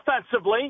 Offensively